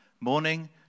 morning